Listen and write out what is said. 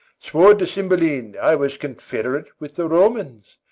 swore to cymbeline i was confederate with the romans.